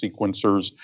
sequencers